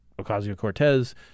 Ocasio-Cortez